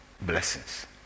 blessings